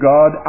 God